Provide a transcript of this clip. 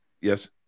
Yes